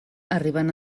arribant